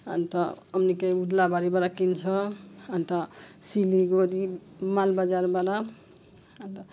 अनि त अम्निके उदलाबारीबाट किन्छ अनि त सिलिगुडी मालबजारबाट अनि त